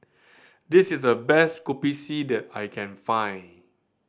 this is the best Kopi C that I can find